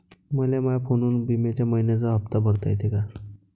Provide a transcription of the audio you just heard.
मले माया फोनवरून बिम्याचा मइन्याचा हप्ता भरता येते का?